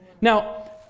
Now